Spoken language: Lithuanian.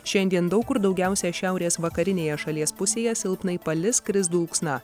šiandien daug kur daugiausia šiaurės vakarinėje šalies pusėje silpnai palis kris dulksna